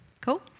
Cool